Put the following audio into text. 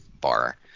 bar